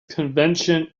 convention